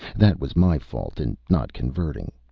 that was my fault in not converting.